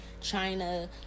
china